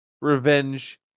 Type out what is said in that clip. revenge